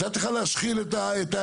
נתתי לך להשחיל את ההערה,